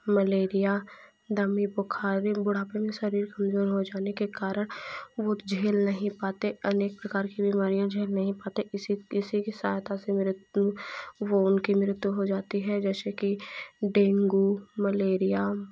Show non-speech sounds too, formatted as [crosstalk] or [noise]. malaria दमे बुखारी बुढ़ापा में शरीर [unintelligible] के कारण वो झेल नहीं पाते अनेक प्रकार की बीमारियाँ झेल नहीं पाते इसी इसी के साथ [unintelligible] मृत्यु वो उनकी मृत्यु हो जाती है जैसे कि डेंगु मलेरिया